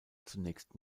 zunächst